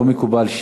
לא מקובל,